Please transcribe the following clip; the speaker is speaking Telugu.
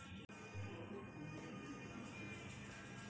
వరి తెగుల నివారణకు ఏ పురుగు మందు ను ఊపాయోగించలి?